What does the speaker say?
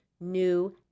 new